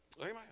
Amen